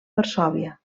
varsòvia